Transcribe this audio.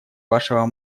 вашего